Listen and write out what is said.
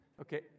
okay